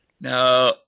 Now